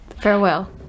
Farewell